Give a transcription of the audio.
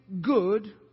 good